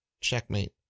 Checkmate